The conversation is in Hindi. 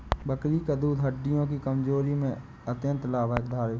बकरी का दूध हड्डियों की कमजोरी में अत्यंत लाभकारी है